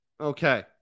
okay